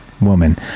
woman